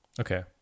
Okay